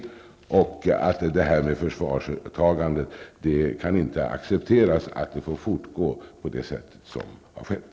Det kan inte accepteras att förvarstagandet får fortgå på det sätt som har skett.